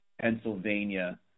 Pennsylvania